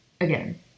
Again